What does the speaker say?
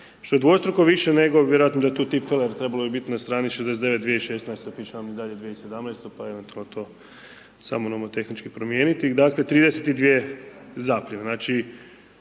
što je dvostruko više nego vjerojatno da je tu tipfeler, trebalo bi biti na strani 69. 2016., piše vam i dalje 2017, pa evo to je to, samo nomotehnički promijeniti, dakle 32 zapljene.